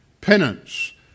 Penance